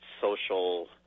social